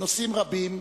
נושאים רבים,